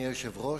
אדוני היושב-ראש,